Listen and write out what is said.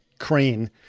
crane